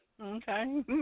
Okay